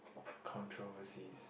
controversies